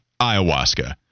ayahuasca